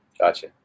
Gotcha